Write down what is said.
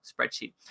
spreadsheet